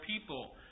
people